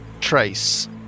trace